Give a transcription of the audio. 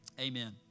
amen